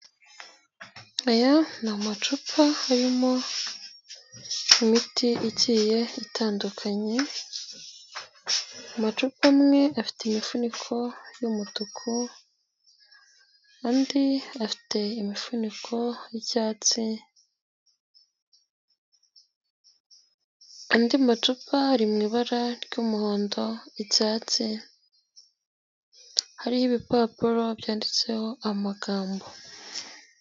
Aya ni amacupa arimo imiti igiye itandukanye, amacupa amwe afite imifuniko y'umutuku, andi afite imifuniko y'icyatsi, andi macupa ari mu ibara ry'umuhondo, icyatsi, hariho ibipapuro byanditseho amagambo.